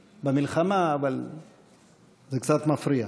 במלחמה, אבל זה קצת מפריע.